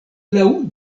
laŭ